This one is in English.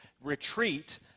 retreat